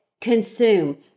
consume